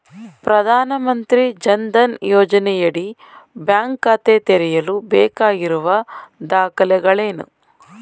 ಪ್ರಧಾನಮಂತ್ರಿ ಜನ್ ಧನ್ ಯೋಜನೆಯಡಿ ಬ್ಯಾಂಕ್ ಖಾತೆ ತೆರೆಯಲು ಬೇಕಾಗಿರುವ ದಾಖಲೆಗಳೇನು?